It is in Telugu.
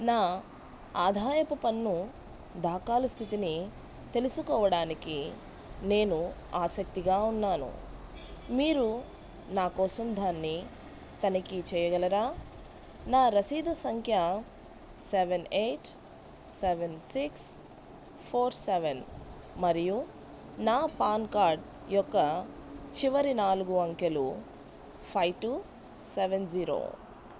నా ఆదాయపు పన్ను దాఖలు స్థితిని తెలుసుకోవడానికి నేను ఆసక్తిగా ఉన్నాను మీరు నా కోసం దాన్ని తనిఖీ చేయగలరా నా రసీదు సంఖ్య seven eight seven six four seven మరియు నా పాన్ కార్డు యొక్క చివరి నాలుగు అంకెలు ఫైవ్ టూ సెవన్ జీరో